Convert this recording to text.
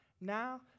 now